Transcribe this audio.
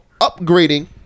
upgrading